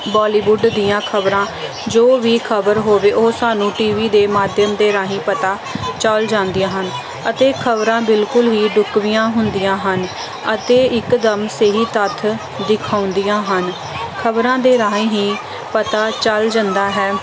Bollywood ਦੀਆਂ ਖਬਰਾਂ ਜੋ ਵੀ ਖਬਰ ਹੋਵੇ ਉਹ ਸਾਨੂੰ ਟੀ ਵੀ ਦੇ ਮਾਧਿਅਮ ਦੇ ਰਾਹੀਂ ਪਤਾ ਚੱਲ ਜਾਂਦੀਆਂ ਹਨ ਅਤੇ ਖਬਰਾਂ ਬਿਲਕੁਲ ਵੀ ਢੁੱਕਵੀਆਂ ਹੁੰਦੀਆਂ ਹਨ ਅਤੇ ਇੱਕਦਮ ਸਹੀ ਤੱਥ ਦਿਖਾਉਂਦੀਆਂ ਹਨ ਖਬਰਾਂ ਦੇ ਰਾਹੀਂ ਹੀ ਪਤਾ ਚੱਲ ਜਾਂਦਾ ਹੈ